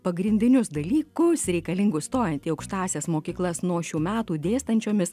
pagrindinius dalykus reikalingus stojant į aukštąsias mokyklas nuo šių metų dėstančiomis